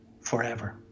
forever